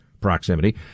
proximity